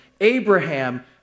Abraham